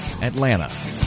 Atlanta